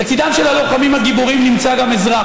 לצידם של הלוחמים הגיבורים נמצא גם אזרח,